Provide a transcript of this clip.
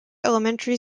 elementary